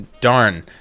darn